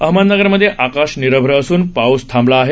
अहमदनगरमधे आकाश निरभ्र असून पाऊस थांबला आहे